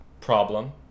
problem